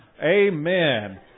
Amen